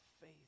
faith